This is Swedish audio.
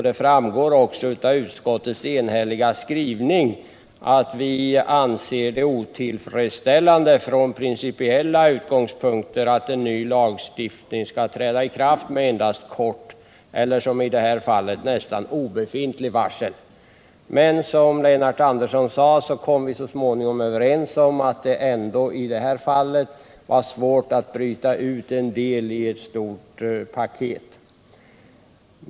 Det framgår också av utskottets enhälliga skrivning att vi anser det otillfredsställande från principiella utgångspunkter att en ny lagstiftning skall träda i kraft med endast kort eller, som i detta fall, nästan obefintligt varsel. Men som Lennart Andersson sade kom vi så småningom överens om att det var svårt att i det här fallet bryta ut en så väsentlig del ur ett stort paket.